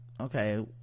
okay